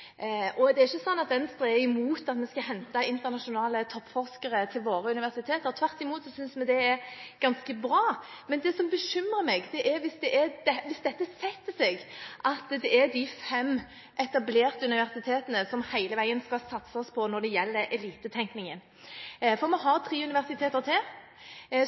elitesatsing. Venstre er ikke imot at vi skal hente internasjonale toppforskere til våre universiteter – tvert imot synes vi det er ganske bra. Men det som bekymrer meg, er hvis det setter seg at det er de fem etablerte universitetene som det hele veien skal satses på, når det gjelder elitetenkningen. Vi har tre universiteter til,